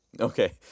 Okay